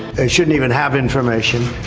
they shouldn't even have information.